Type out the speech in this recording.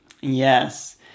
Yes